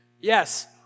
Yes